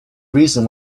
reason